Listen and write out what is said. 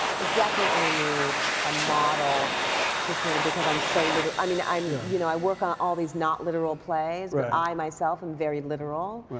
i definitely need a model to sort of because i'm so literal. i mean, i'm, you you know, i work on all these not literal plays but i myself am very literal.